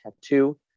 tattoo